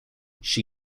she